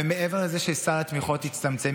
ומעבר לזה שסל התמיכות יצטמצם,